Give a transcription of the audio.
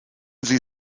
sie